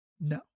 No